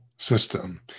system